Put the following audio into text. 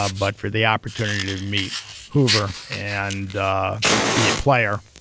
ah but for the opportunity to meet hoover and be a player,